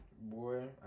Boy